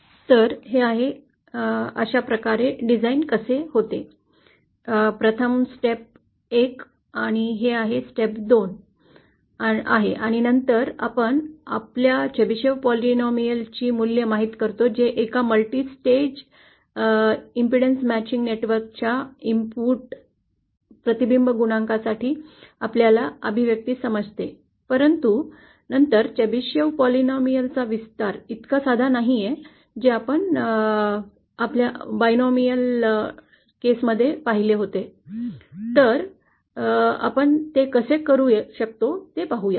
तर अशा प्रकारे डिझाइन कसे होते प्रथम हे चरण 1 आहे हे चरण 2 आहे आणि नंतर आपण आपल्याला फक्त ची मूल्ये माहित करतो जे एका मल्टी स्टेज ईडडन्स मॅचिंग नेटवर्कच्या इनपुट प्रतिबिंब गुणका साठी आपल्याला अभिव्यक्ती समजते परंतु नंतर Chebyshev polynomial चा विस्तार इतका साधा नाही जे आपण binomial द्विपदी च्या केस मध्ये पाहिले तर आपण ते कसे करू शकतो ते पाहूया